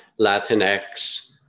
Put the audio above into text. Latinx